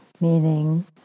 Meaning